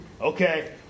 Okay